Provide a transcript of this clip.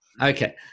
Okay